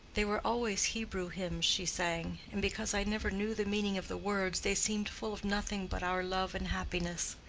they were always hebrew hymns she sang and because i never knew the meaning of the words they seemed full of nothing but our love and happiness.